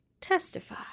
testify